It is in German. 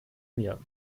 mir